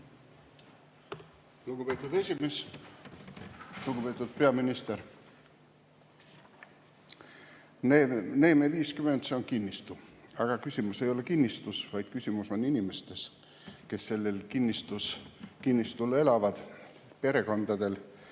Lugupeetud [ase]esimees! Lugupeetud peaminister! Neeme 50 on kinnistu, aga küsimus ei ole kinnistus, vaid küsimus on inimestes, kes sellel kinnistul elavad, perekondades,